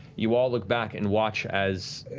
you all look back and watch as,